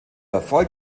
erfolg